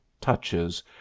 touches